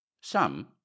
Some